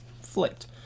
flicked